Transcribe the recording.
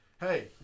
Hey